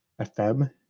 FM